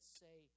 say